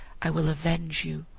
i will avenge you,